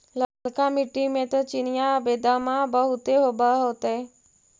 ललका मिट्टी मे तो चिनिआबेदमां बहुते होब होतय?